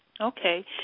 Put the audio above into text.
Okay